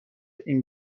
این